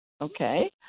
okay